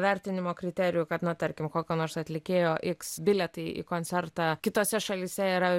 vertinimo kriterijų kad na tarkim kokio nors atlikėjo iks bilietai į koncertą kitose šalyse yra